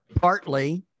partly